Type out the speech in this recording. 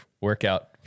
workout